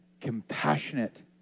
compassionate